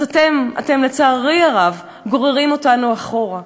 אז אתם, אתם, לצערי הרב, גוררים אותנו אחורה.